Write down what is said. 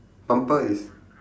bumper is